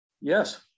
Yes